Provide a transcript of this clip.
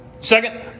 Second